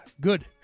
good